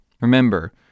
Remember